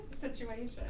situation